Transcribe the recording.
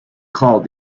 called